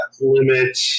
limit